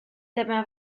dyma